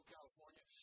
California